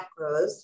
macros